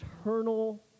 eternal